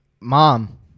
Mom